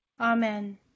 Amen